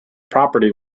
property